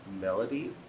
melody